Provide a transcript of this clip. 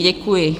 Děkuji.